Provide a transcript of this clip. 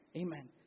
Amen